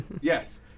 Yes